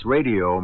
Radio